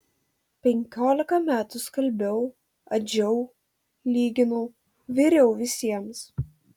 penkiolika metų skalbiau adžiau lyginau viriau visiems